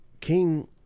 King